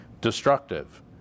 destructive